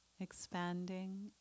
expanding